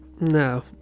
No